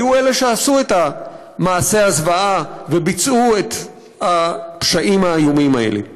היו אלה שעשו את מעשי הזוועה וביצעו את הפשעים האיומים האלה.